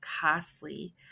costly